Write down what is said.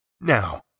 now